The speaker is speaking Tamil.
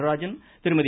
நடராஜன் திருமதி